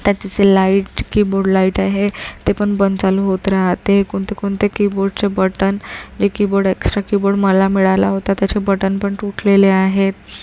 त्याचं जे light keyboard light आहे ते पण बंद चालू होत रहाते कोणते कोणते कीबोर्डचे बटण जे कोबोर्ड एक्सट्रा कीबोर्ड मला मिळाला होता त्याचे बटण पण तुटलेले आहेत